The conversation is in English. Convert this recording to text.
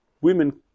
women